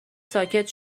ساکت